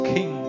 King